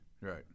Right